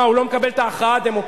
מה, הוא לא מקבל את ההכרעה הדמוקרטית?